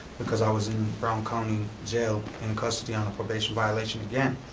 because i was in brown county jail, in custody, on a probation violation again.